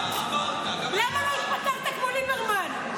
למה לא התפטרת כמו ליברמן?